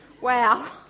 wow